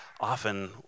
often